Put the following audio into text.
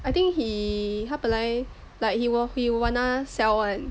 I think he 他本来 like he wa~ he wanna sell [one]